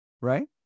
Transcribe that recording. right